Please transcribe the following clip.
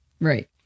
Right